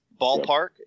ballpark